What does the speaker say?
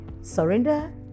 Surrender